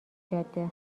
جاده